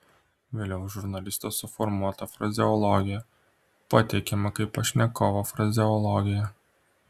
vėliau žurnalisto suformuota frazeologija pateikiama kaip pašnekovo frazeologija